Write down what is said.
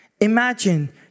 Imagine